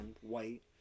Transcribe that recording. white